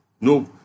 no